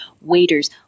waiters